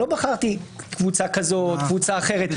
לא בחרתי קבוצה כזאת או קבוצה אחרת.